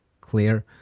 clear